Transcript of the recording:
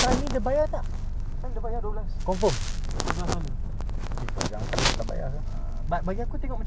okay lah bro kalau dapat at least the first two hours is thirty is thirty dollars ah dua belas dengan lapan belas